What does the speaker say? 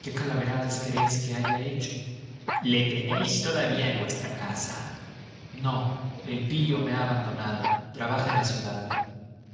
qué calaveradas queréis que haya hecho le tenéis todavía en vuestra casa no el pillo me ha abandonado trabaja en la ciudad